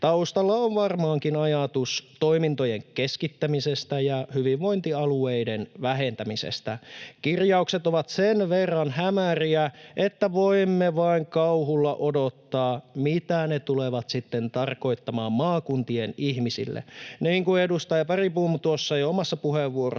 Taustalla on varmaankin ajatus toimintojen keskittämisestä ja hyvinvointialueiden vähentämisestä. Kirjaukset ovat sen verran hämäriä, että voimme vain kauhulla odottaa, mitä ne tulevat sitten tarkoittamaan maakuntien ihmisille. Niin kuin edustaja Bergbom tuossa omassa puheenvuorossaan